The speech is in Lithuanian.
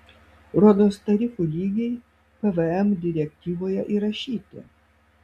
rodos tarifų lygiai pvm direktyvoje įrašyti